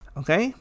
okay